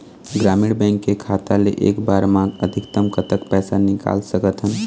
ग्रामीण बैंक के खाता ले एक बार मा अधिकतम कतक पैसा निकाल सकथन?